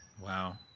wow